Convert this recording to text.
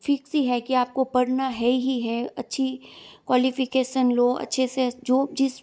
fix ही है कि आप को पढ़ना है ही है अच्छी क्वालिफिकेसन लो अच्छे से जो जिस